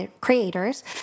creators